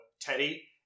Teddy